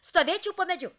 stovėčiau po medžiu